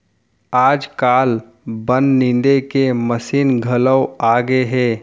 आजकाल बन निंदे के मसीन घलौ आगे हे